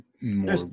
more